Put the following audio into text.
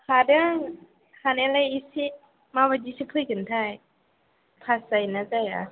हादों हानायालाय इसे माबायदिसो फैगोनथाय पास जायो ना जाया